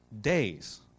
days